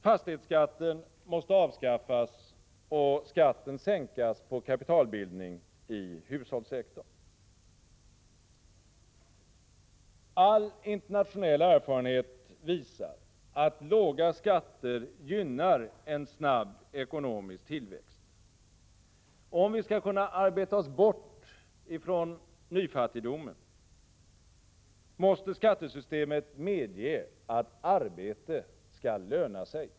Fastighetsskatten måste avskaffas och skatten sänkas på kapitalbildning i hushållssektorn. All internationell erfarenhet visar att låga skatter gynnar en snabb ekonomisk tillväxt. Om vi skall kunna arbeta oss bort från nyfattigdomen, måste skattesystemet medge att arbete skall löna sig.